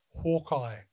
Hawkeye